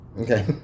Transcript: Okay